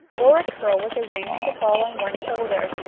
or a curl was arranged to fall on one shoulder,